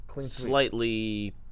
slightly